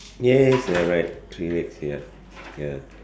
yes you are right three legs ya ya